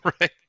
right